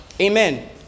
Amen